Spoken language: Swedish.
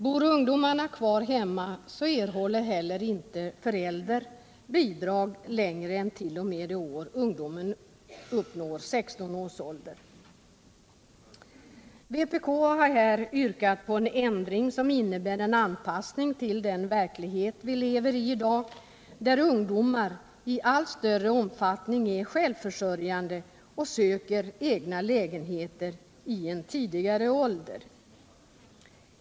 Bor ungdomarna kvar hemma erhåller inte heller förälder bidrag längre än t.o.m. det år de uppnår 16-årsålder. Vpk har yrkat en ändring som innebär en anpassning till den verklighet vi i dag lever i, där ungdomar i allt större omfattning är självförsörjande och söker egna lägenheter i en tidigare ålder.